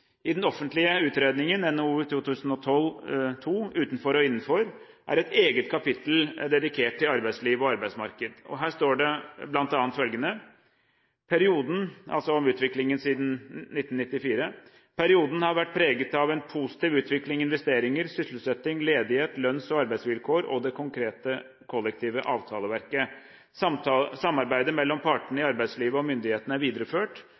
I den offentlige utredningen NOU 2012: 2, Utenfor og innenfor, er et eget kapittel dedikert til arbeidslivet og arbeidsmarked. Her står det bl.a. følgende: Perioden, altså utviklingen siden 1994, «har vært preget av positiv utvikling i investeringer, sysselsetting, ledighet, lønns- og arbeidsvilkår og det kollektive avtaleverket. Samarbeidet mellom partene i arbeidslivet og myndighetene er videreført,